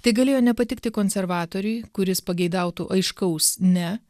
tai galėjo nepatikti konservatoriui kuris pageidautų aiškaus ne